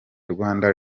rwanda